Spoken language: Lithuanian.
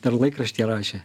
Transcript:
dar laikraštyje rašė